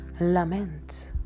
lament